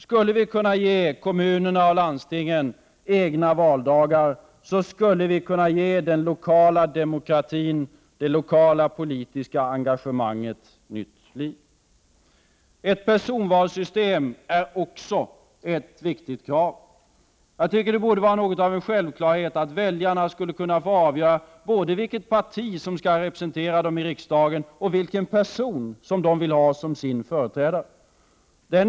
Skulle vi kunna ge kommunerna och landstingen egna valdagar, skulle vi ge den lokala demokratin, det lokala politiska engagemanget nytt liv. Ett personvalssystem är också ett viktigt krav. Jag tycker att det borde vara något av en självklarhet att väljarna skall få avgöra både vilket parti som skall representera dem i riksdagen och vilken person som de vill ha som sin företrädare.